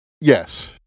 Yes